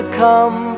come